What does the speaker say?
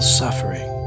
suffering